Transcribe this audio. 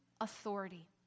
authority